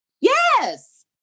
Yes